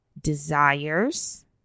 desires